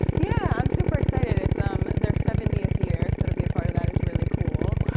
yeah, i'm super excited. it's um their seventieth year. so, to be a part of that is really cool.